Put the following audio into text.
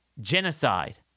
genocide